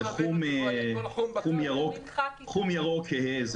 זה חום ירוק כהה.